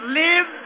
live